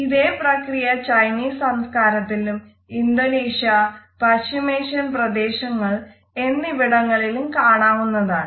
ഇതേ പ്രക്രിയ ചൈനീസ് സംസ്കാരത്തിലും ഇന്തോനേഷ്യ പശ്ചിമേഷ്യൻ പ്രദേശങ്ങൾ എന്നിവിടങ്ങളിലും കാണാവുന്നതാണ്